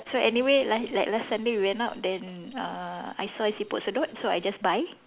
so anyway la~ like last Sunday we went out then uh I saw siput sedut so I just buy